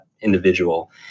individual